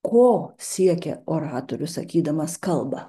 ko siekia oratorius sakydamas kalbą